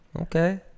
Okay